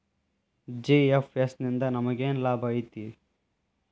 GFS ನಿಂದಾ ನಮೆಗೆನ್ ಲಾಭ ಐತಿ?